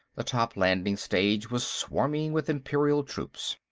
the top landing-stage was swarming with imperial troops.